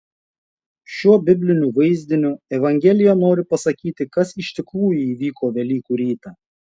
šiuo bibliniu vaizdiniu evangelija nori pasakyti kas iš tikrųjų įvyko velykų rytą